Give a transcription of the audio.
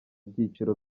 byiciro